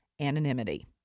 anonymity